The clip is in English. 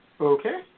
Okay